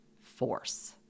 force